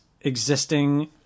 existing